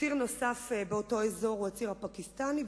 ציר נוסף באותו אזור הוא הציר הפקיסטני,